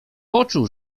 poczuł